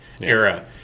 era